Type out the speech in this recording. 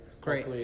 Great